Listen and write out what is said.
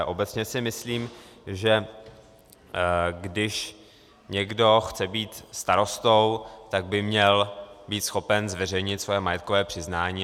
Obecně si myslím, že když někdo chce být starostou, tak by měl být schopen zveřejnit své majetkové přiznání.